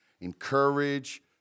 Encourage